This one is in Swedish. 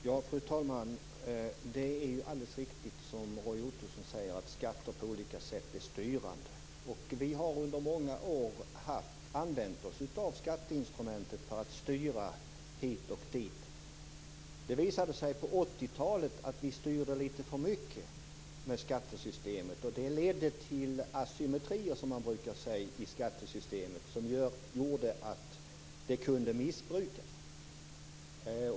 Fru talman! Det är alldeles riktigt som Roy Ottosson säger att skatter på olika sätt är styrande. Vi har under många år använt oss av skatteinstrumentet för att styra hit och dit. Det visade sig på 80-talet att vi styrde litet för mycket med skattesystemet. Det ledde till asymmetrier i skattesystemet som gjorde att det kunde missbrukas.